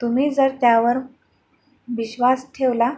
तुम्ही जर त्यावर विश्वास ठेवला